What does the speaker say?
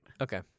Okay